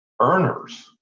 earners